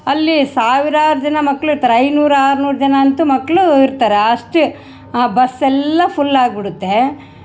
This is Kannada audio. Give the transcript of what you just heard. ಅಲ್ಲಿ ಸಾವಿರಾರು ಜನ ಮಕ್ಳು ಇರ್ತಾರೆ ಐನೂರು ಆರ್ನೂರು ಜನ ಅಂತು ಮಕ್ಕಳು ಇರ್ತಾರೆ ಅಷ್ಟೆ ಆ ಬಸ್ ಎಲ್ಲ ಫುಲ್ ಆಗ್ಬಿಡತ್ತೆ